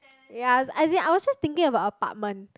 ya as in I was just thinking about apartment